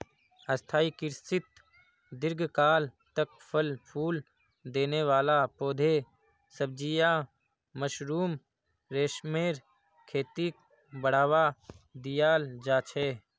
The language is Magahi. स्थाई कृषित दीर्घकाल तक फल फूल देने वाला पौधे, सब्जियां, मशरूम, रेशमेर खेतीक बढ़ावा दियाल जा छे